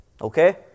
Okay